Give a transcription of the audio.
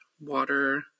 water